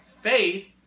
faith